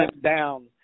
down